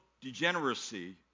degeneracy